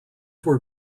were